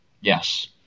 Yes